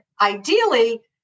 ideally